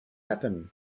happen